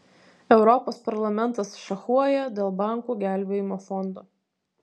europos parlamentas šachuoja dėl bankų gelbėjimo fondo